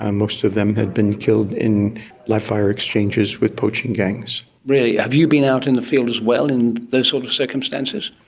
and most of them had been killed in live fire exchanges with poaching gangs. have you been out in the field as well in those sort of circumstances?